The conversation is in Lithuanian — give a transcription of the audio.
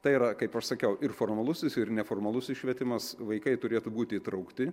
tai yra kaip aš sakiau ir formalusis ir neformalusis švietimas vaikai turėtų būti įtraukti